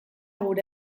gure